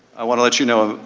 i want to let you know,